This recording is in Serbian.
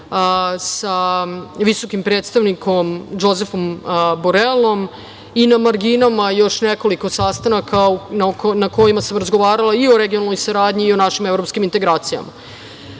sa visokim predstavnikom Džozefom Borelom i na marginama još nekoliko sastanaka na kojima sa razgovarala i o regionalnoj saradnji i o našim evropskim integracijama. Pored